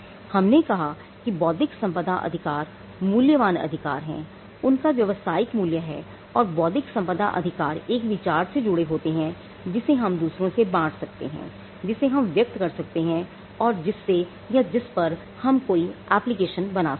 हमने कहा कि बौद्धिक संपदा अधिकार मूल्यवान अधिकार हैं उनका व्यवसायिक मूल्य है और बौद्धिक संपदा अधिकार एक विचार से जुड़े होते हैं जिसे हम दूसरों से बांट सकते हैं जिसे हम व्यक्त कर सकते हैं और जिससे या जिस पर हम कोई एप्लीकेशन बना सकते हैं